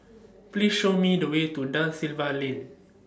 Please Show Me The Way to DA Silva Lane